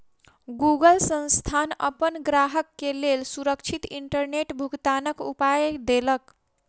Google संस्थान अपन ग्राहक के लेल सुरक्षित इंटरनेट भुगतनाक उपाय देलक